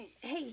Hey